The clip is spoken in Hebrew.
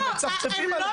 הם מצפצפים עלינו.